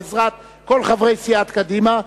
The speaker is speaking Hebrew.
בעזרת כל חברי סיעת קדימה,